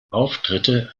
auftritte